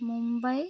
Mumbai